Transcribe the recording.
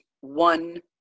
one